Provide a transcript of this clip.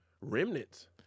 Remnants